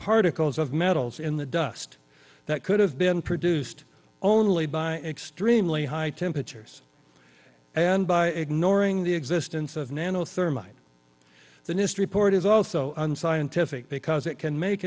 particles of metals in the dust that could have been produced only by extremely high temperatures and by ignoring the existence of nano thermite the nist report is also unscientific because it can make